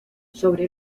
sobre